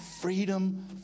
freedom